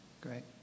Great